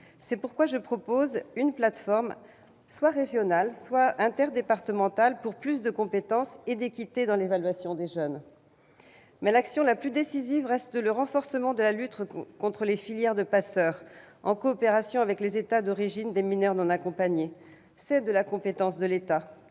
C'est pourquoi je propose une plateforme à l'échelle soit régionale, soit interdépartementale, pour plus de compétence et d'équité dans l'évaluation des jeunes. Très bien ! Toutefois, l'action la plus décisive reste le renforcement de la lutte contre les filières de passeurs, en coopération avec les États d'origine des mineurs non accompagnés. Cette lutte relève de la compétence de l'État.